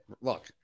Look